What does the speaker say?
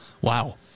Wow